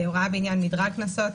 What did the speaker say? הוראה בעניין מדרג קנסות,